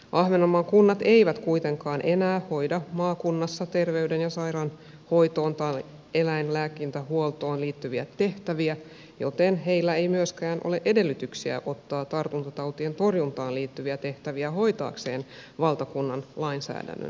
ahvenanmaan kunnat eivät kuitenkaan enää hoida maakunnassa terveyden ja sairaanhoitoon tai eläinlääkintähuoltoon liittyviä tehtäviä joten heillä ei myöskään ole edellytyksiä ottaa tartuntatautien torjuntaan liittyviä tehtäviä hoitaakseen valtakunnan lainsäädännön perusteella